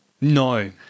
No